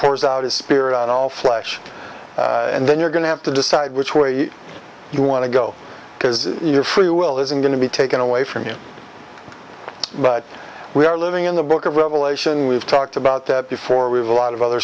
pours out his spirit on all flesh and then you're going to have to decide which way you want to go because your free will isn't going to be taken away from you but we are living in the book of revelation we've talked about before we have a lot of other